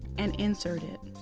and insert it.